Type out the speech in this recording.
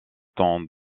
temps